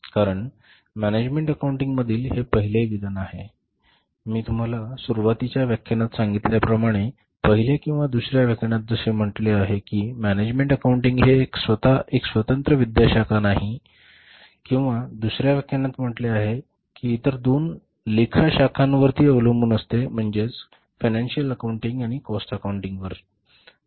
कारण मॅनेजमेंट अकाउंटिंगमधील हे पहिले विधान आहे कारण मी तुम्हाला सुरुवातीच्या व्याख्यानात सांगितल्याप्रमाणेपहिल्या किंवा दुसर्या व्याख्यानात म्हटले असेल कि मॅनेजमेंट अकाउंटिंग हे स्वत एक स्वतंत्र विद्याशाखा नाही असे पहिल्या किंवा दुसर्या व्याख्यानात म्हटले आहे ते इतर दोन लेखा शाखांवर अवलंबून असते फायनान्सीअल अकाउंटिंग आणि काॅस्ट अकाउंटिंग बरोबर